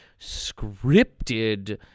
scripted